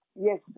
Yes